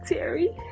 Terry